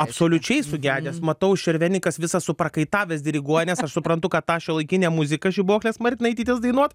absoliučiai sugedęs matau šervenikas visas suprakaitavęs diriguoja nes aš suprantu kad tą šiuolaikinę muziką žibuoklės martinaitytės dainuot